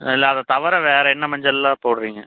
இல்லை அதை தவிர வேறு என்ன மஞ்சள் எல்லாம் போடுறீங்க